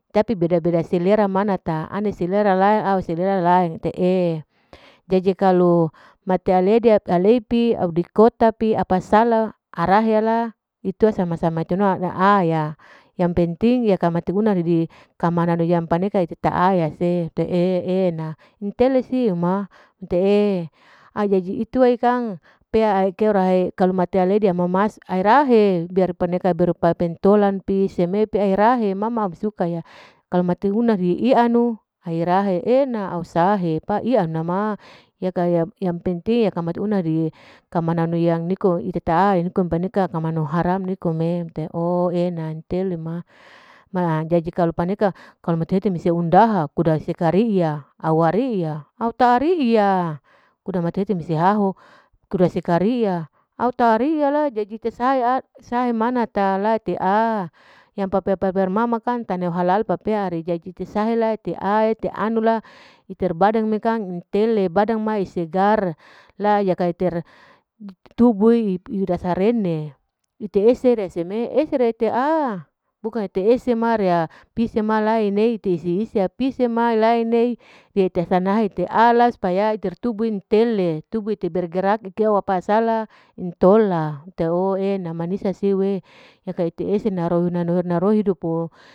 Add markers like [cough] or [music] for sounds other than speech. Tapi beda-beda selera manata mane selera lain au selera lain, ete'e jadi kalu mate ledi alei pi dikota pi apa sala arahe ala itua sama-sama iternua [unintelligible] yang penting yaka mate muna ledi kamana ne yang paneka ite ta'aya se te e'ena, intele siu ma ite'e, ai jadi itue kang pea aikeu airahe kalu mate aledi ama mas aerahe biar paneka berupa pentolan pi seme, airahe ma ma au saka ya klau mate una ianu aearahe e'en au sahe, pa ianama yaka yang penting yaka mater unari kamana nu yang niko ite ta'aya nikom paneka kamanu haram nikom'e oo nantele ma, jadi kalu paneka mate hete mese, undaha kuda seka ri'ya au seka ri'ya au tak ri'ya, kuda mate hete mese haho kuda seka riya, au tak riya lai, jadi tesae sae manata alete'a, yang paper-paper ma ma kang taneor halal papeari jadi tesa helai, te anu la, iter badan nikang intele badan nikang segar, la yaka ter tubuh'i ida sarene, ite ese iriya seme, esere te'a bukang ete ese ma riya pise lai neite, ise-ise na pise ma lai nei hete asanahe ete ala supa ala iter tubu intele tubu ite bergerak akeo apa sala intola, ete oo e'ena, manisa siu'e yaka ite esena norhina-norhina rohidupo.